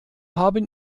haben